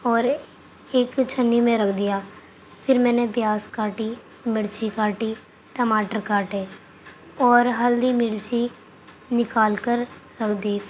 اور ایک چھنی میں رکھ دیا پھر میں نے پیاز کاٹی مرچی کاٹی ٹماٹر کاٹے اور ہلدی مرچی نکال کر رکھ دی